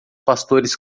pastores